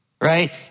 right